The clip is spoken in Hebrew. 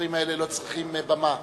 הדברים האלה לא צריכים במה.